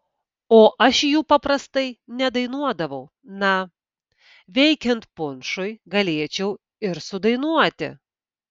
o aš jų paprastai nedainuodavau na veikiant punšui galėčiau ir sudainuoti